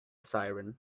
siren